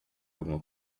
alguma